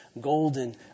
golden